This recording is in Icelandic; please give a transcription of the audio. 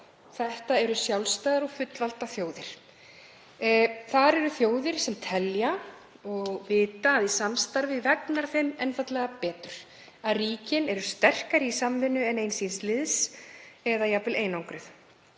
Þetta eru sjálfstæðar og fullvalda þjóðir. Þar eru þjóðir sem telja og vita að í samstarfi vegnar þeim einfaldlega betur, að ríkin eru sterkari í samvinnu en ein síns liðs eða jafnvel einangruð.